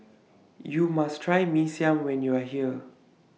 YOU must Try Mee Siam when YOU Are here